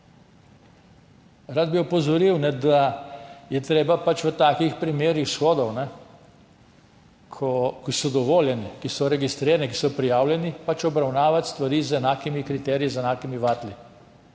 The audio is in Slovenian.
Rad bi opozoril, da je treba v takih primerih shodov, ki so dovoljeni, ki so registrirani, ki so prijavljeni, pač obravnavati stvari z enakimi kriteriji, z enakimi vatli.